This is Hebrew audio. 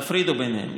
תפרידו ביניהן.